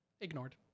ignored